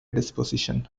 disposition